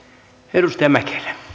arvoisa puhemies